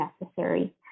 necessary